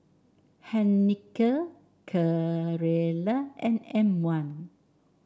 Heinekein Carrera and M one